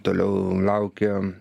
toliau laukia